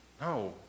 No